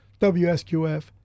WSQF